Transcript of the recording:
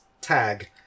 tag